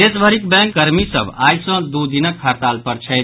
देशभरि बैंक कर्मी सभ आइ सँ दू दिनक हड़ताल पर छथि